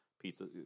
Pizza